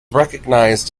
recognized